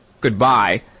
goodbye